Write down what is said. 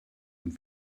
und